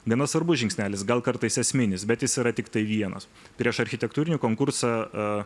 gana svarbus žingsnelis gal kartais esminis bet jis yra tiktai vienas prieš architektūrinį konkursą